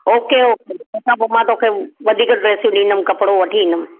okay okay अच्छा पोइ मां तोखे वधीक ड्रैसूं ॾिंदमि कपिड़ो वठी ईंदमि